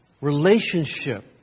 relationship